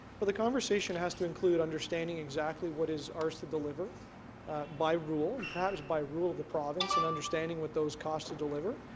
but the confers has to include understanding exactly what is ours to deliver by rule and perhaps by rule of the province and understanding what those cost to deliver,